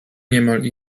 niemal